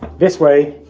this way,